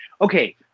okay